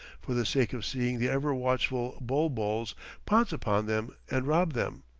for the sake of seeing the ever-watchful bul-buls pounce upon them and rob them.